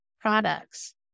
products